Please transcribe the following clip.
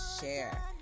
share